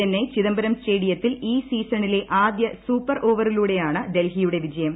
ചെന്നൈ ചിദംബരം സ്റ്റേഡിയത്തിൽ ഈ സീസണിലെ ആദ്യ സൂപ്പർ ഓവറിലൂടെയാണ് ഡൽഹിയുടെ വിജയം